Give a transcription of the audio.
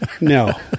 No